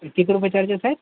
किती रुपये चार्जेस आहेत